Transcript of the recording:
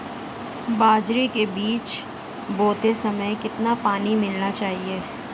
बाजरे के बीज बोते समय कितना पानी मिलाना चाहिए?